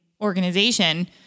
organization